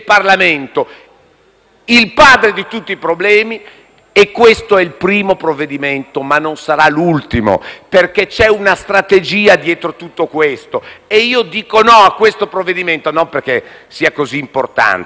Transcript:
il padre di tutti i problemi. Questo è il primo provvedimento, ma non sarà l'ultimo, perché c'è una strategia dietro tutto questo. Pertanto dico no a questo provvedimento, anche se - parliamoci chiaro